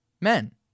men